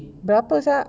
berapa sia